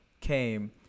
came